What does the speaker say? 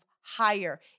higher